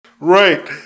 Right